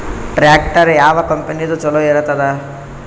Tractor ಯಾವ ಕಂಪನಿದು ಚಲೋ ಇರತದ?